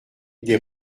des